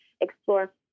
explore